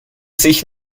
sich